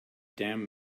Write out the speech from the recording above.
damn